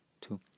two